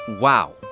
Wow